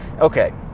Okay